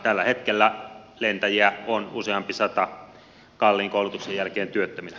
tällä hetkellä lentäjiä on useampi sata kalliin koulutuksen jälkeen työttöminä